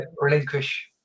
relinquish